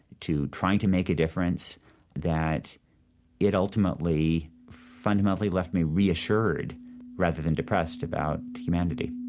to trying to make a difference that it ultimately fundamentally left me reassured rather than depressed about humanity